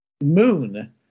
moon